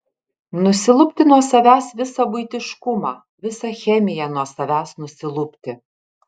nusilupti nuo savęs visą buitiškumą visą chemiją nuo savęs nusilupti